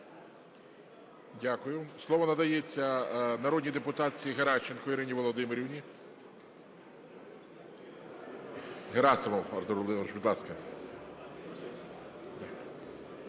Дякую. Слово надається народній депутатці Геращенко Ірині Володимирівні. Герасимов Артур Володимирович, будь ласка.